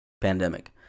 pandemic